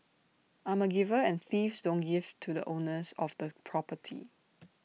I'm A giver and thieves don't give to the owners of the property